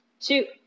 two